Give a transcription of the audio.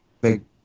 big